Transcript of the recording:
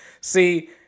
See